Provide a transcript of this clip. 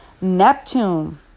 Neptune